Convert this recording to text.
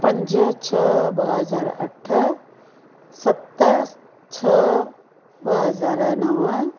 पंज छ ॿ हज़ार अठ सत छह ॿ हज़ार नव